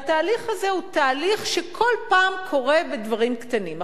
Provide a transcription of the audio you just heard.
והתהליך הזה הוא תהליך שכל פעם קורה בדברים קטנים.